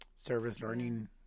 service-learning